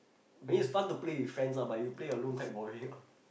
it's fun to play with friends lah but you play alone quite boring ah